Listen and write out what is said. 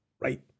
Right